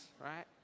right